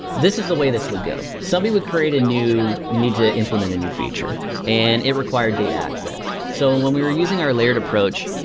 this is the way this would go. somebody would create a new need to implement a new feature and it required data access. so and when we were using our layered approach,